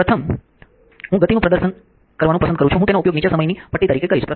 પ્રથમ હું ગતિનું પ્રદર્શન આપવાનું પસંદ કરું છું હું તેનો ઉપયોગ નીચા સમયની પટ્ટી તરીકે કરીશ